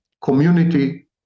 community